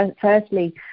Firstly